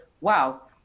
wow